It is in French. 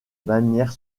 manière